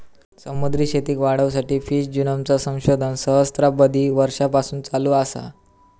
समुद्री शेतीक वाढवुसाठी फिश जिनोमचा संशोधन सहस्त्राबधी वर्षांपासून चालू असा